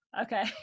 Okay